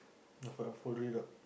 I could have folded it up